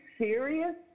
serious